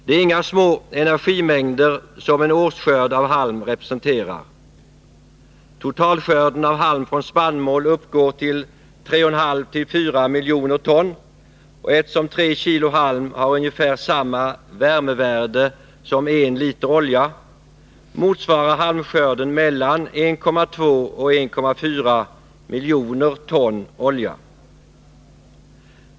Det är inga små energimängder som en årsskörd av halm representerar. Totalskörden av halm från spannmål uppgår till 3,54 miljoner ton, och eftersom 3 kilo halm har ungefär samma värmevärde som 1 liter olja, motsvarar halmskörden mellan 1,2 och 1,4 miljoner ton olja.